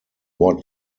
what